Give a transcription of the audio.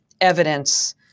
evidence